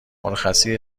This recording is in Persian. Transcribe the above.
مرخصی